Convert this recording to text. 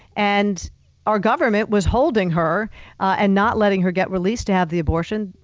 and our government was holding her and not letting her get released to have the abortion.